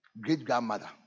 great-grandmother